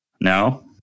No